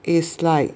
is like